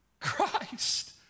Christ